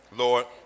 Lord